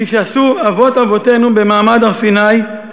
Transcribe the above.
כפי שעשו אבות אבותינו במעמד הר-סיני,